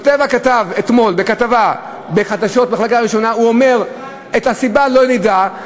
אתמול בכתבה ב"חדשות מחלקה ראשונה": את הסיבה לא נדע,